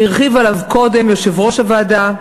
הרחיב עליו קודם יושב-ראש הוועדה,